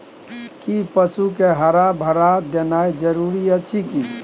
कि पसु के हरा चारा देनाय जरूरी अछि की?